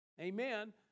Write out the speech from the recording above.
Amen